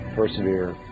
persevere